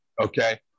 Okay